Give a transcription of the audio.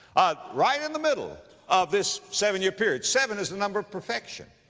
ah, right in the middle of this seven-year period. seven is the number perfection.